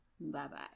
Bye-bye